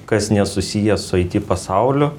kas nesusiję su pasauliu